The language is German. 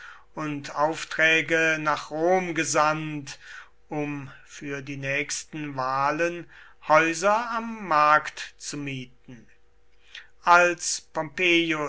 und aufträge nach rom gesandt um für die nächsten wahlen häuser am markt zu mieten als